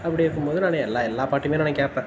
அப்படி இருக்கும் போது நான் எல்லா எல்லா பாட்டும் நான் கேட்பேன்